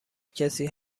کسی